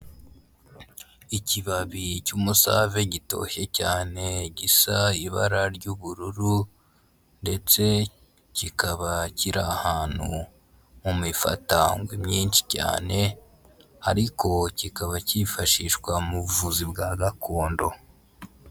Ikibabi cy'umusave gitoshye cyane gisa ibara ry'ubururu ndetse kikaba kiri ahantu mu mifatangwe myinshi cyane ariko kikaba cyifashishwa mu buvuzi bwa gakondo.